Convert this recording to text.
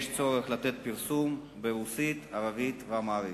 יש צורך לפרסם ברוסית, בערבית ובאמהרית.